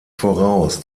voraus